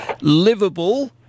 livable